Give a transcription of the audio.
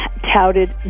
touted